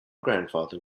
grandfather